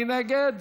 מי נגד?